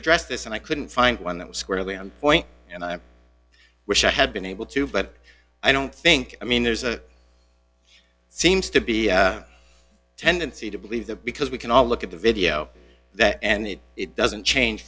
address this and i couldn't find one that was squarely on point and i wish i had been able to but i don't think i mean there's a seems to be a tendency to believe that because we can all look at the video that and it it doesn't change